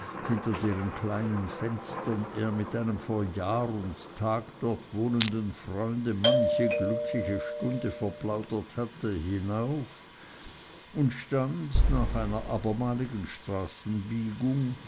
hinter deren kleinen fenstern er mit einem vor jahr und tag dort wohnenden freunde manche glückliche stunde verplaudert hatte hinauf und stand nach einer abermaligen